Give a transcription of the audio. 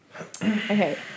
Okay